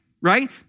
Right